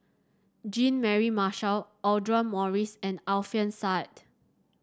Jean Mary Marshall Audra Morrice and Alfian Sa'at